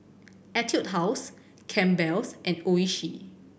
Etude House Campbell's and Oishi